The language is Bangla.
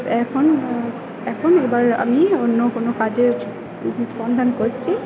এখন এখন এবার আমি অন্য কোনো কাজের সন্ধান করছি